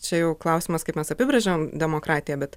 čia jau klausimas kaip mes apibrėžiam demokratiją bet